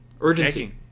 urgency